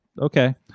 Okay